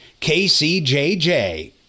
KCJJ